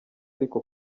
ariko